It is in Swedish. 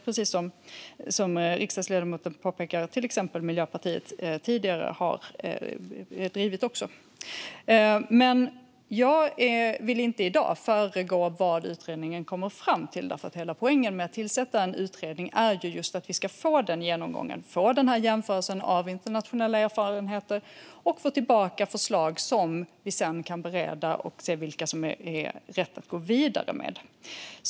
Precis som riksdagsledamoten påpekar har Miljöpartiet drivit frågan tidigare. Jag vill inte i dag föregå vad utredningen ska komma fram till. Hela poängen med att tillsätta en utredning är ju att få en genomgång och en jämförelse av internationella erfarenheter, och sedan ska utredningen komma tillbaka med förslag som vi kan bereda för att se vilka som är bra att gå vidare med.